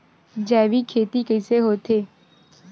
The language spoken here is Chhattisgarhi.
जैविक खेती कइसे होथे?